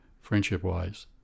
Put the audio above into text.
friendship-wise